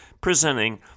presenting